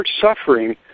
suffering